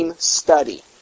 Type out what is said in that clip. study